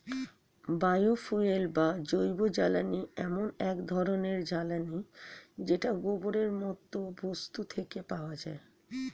bio fuel বা জৈবজ্বালানী এমন এক ধরণের জ্বালানী যেটা গোবরের মতো বস্তু থেকে পাওয়া যায়